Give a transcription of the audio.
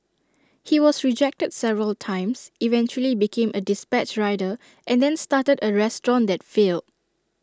he was rejected several times eventually became A dispatch rider and then started A restaurant that failed